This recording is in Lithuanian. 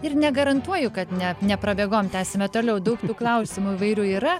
ir negarantuoju kad ne neprabėgom tęsime toliau daug tų klausimų įvairių yra